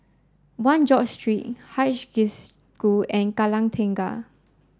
one George Street Haig School and Kallang Tengah